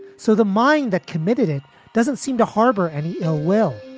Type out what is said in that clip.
so the mind that committed it doesn't seem to harbor any ill will.